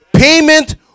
Payment